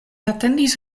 atendis